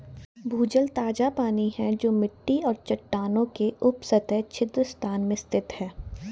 भूजल ताजा पानी है जो मिट्टी और चट्टानों के उपसतह छिद्र स्थान में स्थित है